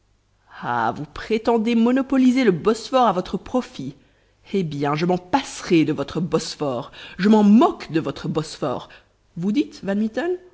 ah vous prétendez monopoliser le bosphore à votre profit eh bien je m'en passerai de votre bosphore je m'en moque de votre bosphore vous dites